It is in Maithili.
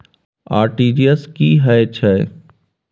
आर.टी.जी एस की है छै?